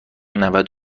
نود